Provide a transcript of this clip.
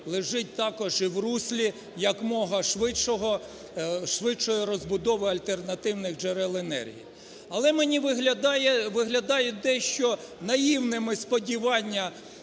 лежить у руслі якомога швидшої розбудови альтернативних джерел енергії. Але мені виглядають дещо наївними сподівання